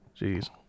Jeez